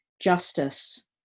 justice